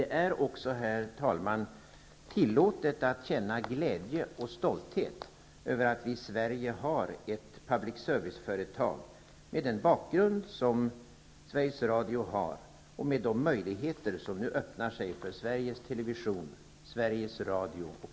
Det är också tillåtet att känna glädje och stolthet över att vi i Sverige har ett public service-företag med den bakgrund som Sveriges Radio har och med de möjligheter som nu öppnar sig för Sveriges Television, Sveriges Radio och